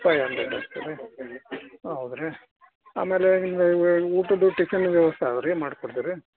ಸರಿ ಹಾಗಾದ್ರೆ ಹೌದು ರೀ ಆಮೇಲೆ ನಿಮ್ಗೆ ಊಟದ ಟಿಫಿನಿದ್ದು ವ್ಯವಸ್ಥೆ ಆದ್ ರೀ ಮಾಡ್ಕೊಡ್ತೀವಿ ರೀ